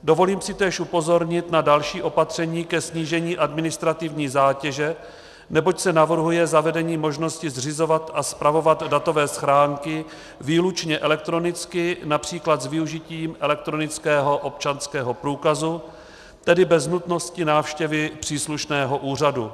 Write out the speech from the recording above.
Dovolím si též upozornit na další opatření ke snížení administrativní zátěže, neboť se navrhuje zavedení možnosti zřizovat a spravovat datové schránky výlučně elektronicky, například s využitím elektronického občanského průkazu, tedy bez nutnosti návštěvy příslušného úřadu.